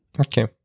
Okay